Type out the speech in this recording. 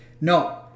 No